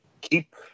keep